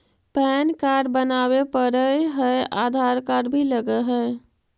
Pan card बनावे पडय है आधार कार्ड भी लगहै?